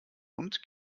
und